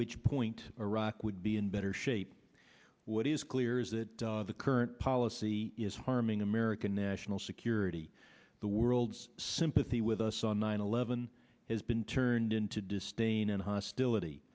which point iraq would be in better shape what is clear is that the current policy is harming american national security the world's sympathy with us on nine eleven has been turned into disdain and hostility